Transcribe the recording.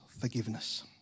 forgiveness